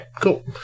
cool